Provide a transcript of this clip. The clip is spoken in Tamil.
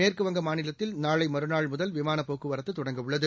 மேற்குவங்க மாநிலத்தில் நாளை மறுநாள் முதல் விமானப் போக்குவரத்து தொடங்க உள்ளது